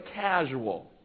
casual